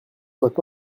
soit